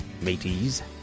mateys